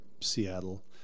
Seattle